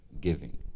Giving